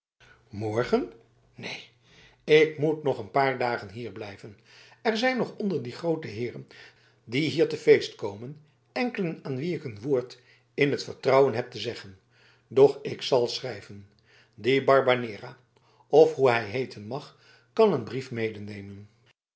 neen ik moet nog een paar dagen hier blijven er zijn nog onder die groote heeren die hier te feest komen enkelen aan wie ik een woord in t vertrouwen heb te zeggen doch ik zal schrijven die barbanera of hoe hij heeten mag kan een brief medenemen